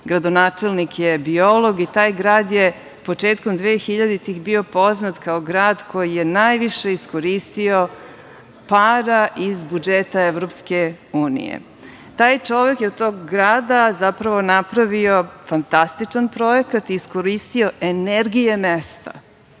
gradonačelnik je biolog, i taj grad je početkom dvehiljaditih bio poznat kao grad koji je najviše iskoristio para iz budžeta EU. Taj čovek je od tog grada zapravo napravio fantastičan projekat i iskoristio energije mesta